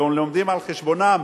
ולומדים על חשבונם,